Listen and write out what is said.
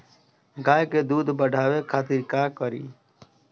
गाय के दूध बढ़ावे खातिर का करी?